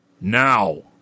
Now